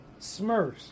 Smurfs